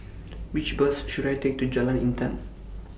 Which Bus should I Take to Jalan Intan